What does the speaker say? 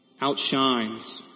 outshines